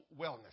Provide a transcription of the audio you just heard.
wellness